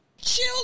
chill